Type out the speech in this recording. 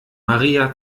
maria